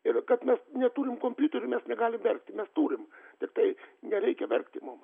ir kad mes neturim kompiuterinių mes negalim verkti mes turim tiktai nereikia verkti mum